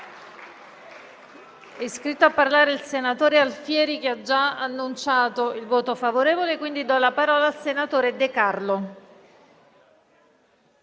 Grazie